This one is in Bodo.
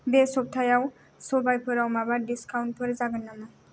बे सप्ताहयाव सबाइफोराव माबा डिस्काउन्टफोर जागोन नामा